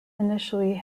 initially